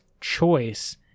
choice